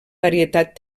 varietat